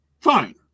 Fine